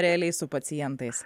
realiai su pacientais